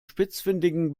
spitzfindigen